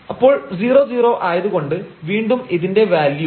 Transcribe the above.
അപ്പോൾ 0 0 ആയതുകൊണ്ട് വീണ്ടും ഇതിന്റെ വാല്യൂ പൂജ്യം എന്ന് ലഭിക്കും